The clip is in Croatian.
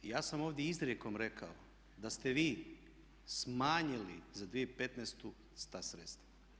Ja sam ovdje izrijekom rekao da ste vi smanjili za 2015. ta sredstva.